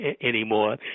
anymore